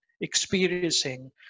experiencing